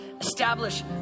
establish